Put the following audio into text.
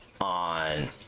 on